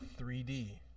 3D